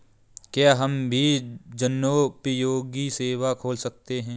क्या हम भी जनोपयोगी सेवा खोल सकते हैं?